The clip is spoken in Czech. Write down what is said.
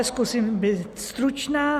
Zkusím být stručná.